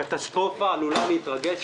קטסטרופה עלולה להתרגש